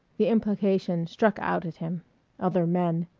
the implication struck out at him other men.